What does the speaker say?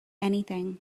anything